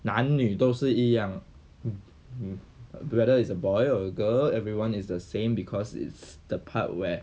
男女都是一样 whether it's a boy or a girl everyone is the same because it's the part where